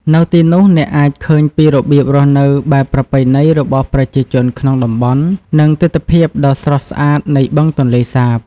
នៅទីនោះ អ្នកអាចឃើញពីរបៀបរស់នៅបែបប្រពៃណីរបស់ប្រជាជនក្នុងតំបន់ និងទិដ្ឋភាពដ៏ស្រស់ស្អាតនៃបឹងទន្លេសាប។